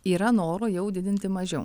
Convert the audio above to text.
yra noro jau didinti mažiau